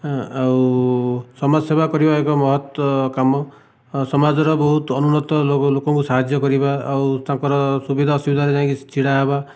ହେଁ ଆଉ ସମାଜସେବା କରିବା ଏକ ମହତ କାମ ସମାଜର ବହୁତ ଅନୁନ୍ନତ ଲୋକଙ୍କୁ ସାହାଯ୍ୟ କରିବା ଆଉ ତାଙ୍କର ସୁବିଧା ଅସୁବିଧାରେ ଯାଇଁକି ଛିଡ଼ା ହେବା